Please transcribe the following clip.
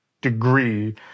degree